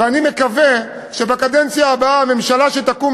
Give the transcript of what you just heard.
ואני מקווה שבקדנציה הבאה הממשלה שתקום,